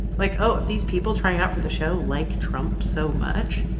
like, oh, if these people trying out for the show like trump so much,